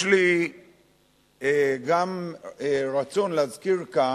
יש לי גם רצון להזכיר כאן,